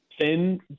thin